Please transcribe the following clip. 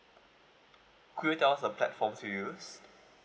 could you tell us the platforms you use